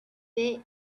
bit